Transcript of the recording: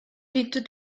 hinter